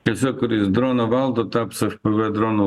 tiesiog kuris droną valdo taps fpv dronų